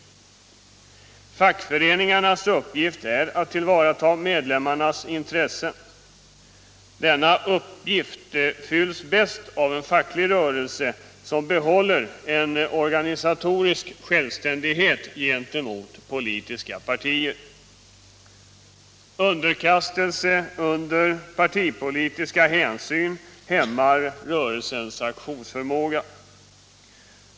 Fackföreningarnas uppgift är att tillvarata medlemmarnas intressen. Denna uppgift fylls bäst av en facklig rörelse som behåller en organisatorisk självständighet gentemot politiska partier. Underkastelse under partipolitiska hänsyn hämmar rörelsens aktionsförmåga.